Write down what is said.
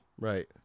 Right